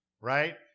right